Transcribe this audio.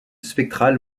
spectrale